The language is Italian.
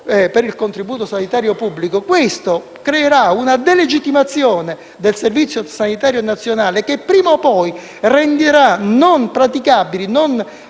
per il contributo sanitario pubblico, questo creerà una delegittimazione del Servizio sanitario nazionale, che prima o poi renderà non praticabili e non